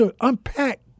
unpack